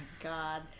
God